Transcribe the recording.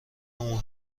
اون